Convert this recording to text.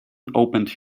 opened